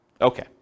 Okay